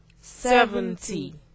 seventy